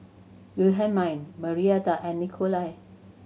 Wilhelmine Marietta and Nikolai